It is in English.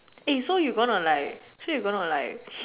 so you going to like so you going to like